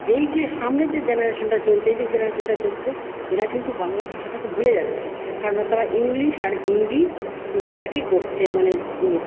এই যে সামনে যে জেনারেশানটা চলছে এই যে জেনারেশানটা চলছে এরা কিন্তু বাংলা ভাষাটাকে ভুলে যাচ্ছে কারণ না তার ইংলিশ আর হিন্দিটাকে করছে মানে